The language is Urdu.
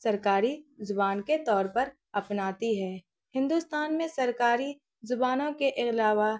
سرکاری زبان کے طور پر اپناتی ہے ہندوستان میں سرکاری زبانوں کے علاوہ